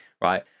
right